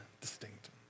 distinct